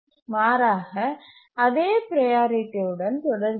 மாறாக அதே ப்ரையாரிட்டி உடன் தொடர்கிறது